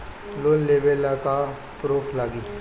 Loan लेबे ला का का पुरुफ लागि?